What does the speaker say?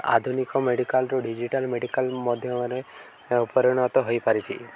ଆଧୁନିକ ମେଡ଼ିକାଲ୍ରୁ digital medical ମାଧ୍ୟମରେ ପରିଣତ ହୋଇପାରିଛି